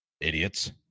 Idiots